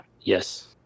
Yes